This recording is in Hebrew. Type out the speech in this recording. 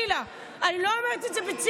חלילה, אני לא אומרת את זה בציניות,